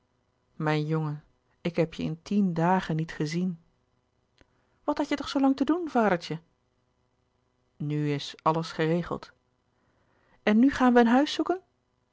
mijn jongen ik heb je in tien dagen niet gezien wat hadt je toch zoo lang te doen vadertje nu is alles geregeld en nu gaan we een huis zoeken